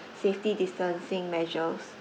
safety distancing measures